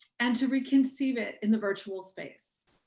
and to reconceive it in the virtual space.